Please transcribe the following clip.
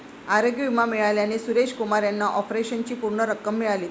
आरोग्य विमा मिळाल्याने सुरेश कुमार यांना ऑपरेशनची पूर्ण रक्कम मिळाली